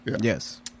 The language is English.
Yes